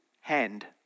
Hand